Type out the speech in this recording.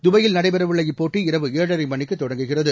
தபாயில் நடைபெறவுள்ள இப்போட்டி இரவு ஏழரை மணிக்கு தொடங்குகிறது